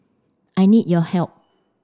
I need your help